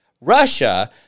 Russia